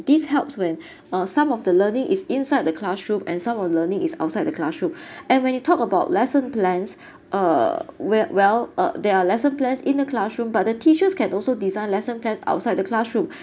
this helps when uh some of the learning is inside the classroom and some of the learning is outside the classroom and when you talk about lesson plans uh well well uh there are lesson plans in a classroom but the teachers can also design lesson plans outside the classroom